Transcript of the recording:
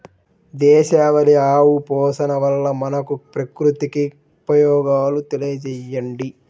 దేశవాళీ ఆవు పోషణ వల్ల మనకు, ప్రకృతికి ఉపయోగాలు తెలియచేయండి?